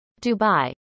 Dubai